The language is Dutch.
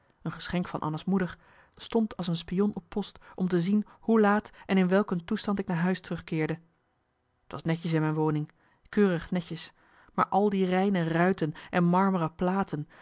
een geschenk van anna's moeder stond als een spion op post om te zien hoe laat en in welk een toestand ik naar huis terugkeerde t was netjes in mijn woning keurig netjes maar marcellus emants een nagelaten bekentenis al die reine ruiten en marmeren platen